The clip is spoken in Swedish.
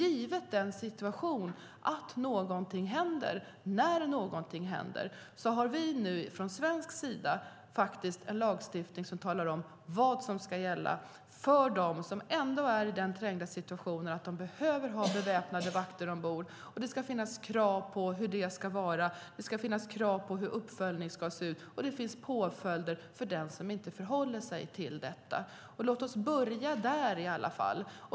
I en situation där någonting händer har vi nu från svensk sida en lagstiftning som talar om vad som gäller för dem som ändå är i den trängda situationen att de behöver ha beväpnade vakter ombord. Det finns krav på hur det ska vara. Det finns krav på hur uppföljning ska se ut. Och det finns påföljder för den som inte förhåller sig till detta. Låt oss börja där i alla fall.